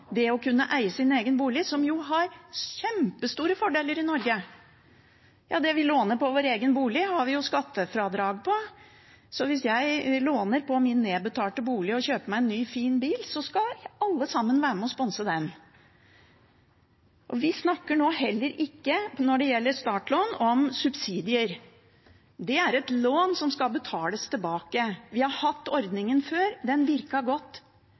det å kunne eie sin egen bolig, som jo har kjempestore fordeler i Norge. Det vi låner på vår egen bolig, har vi skattefradrag på, så hvis jeg låner på min nedbetalte bolig og kjøper meg en ny, fin bil, skal alle sammen være med og sponse den. Vi snakker nå heller ikke når det gjelder startlån, om subsidier. Det er et lån som skal betales tilbake. Vi har hatt ordningen før. Den virket godt.